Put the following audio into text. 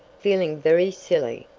feeling very silly,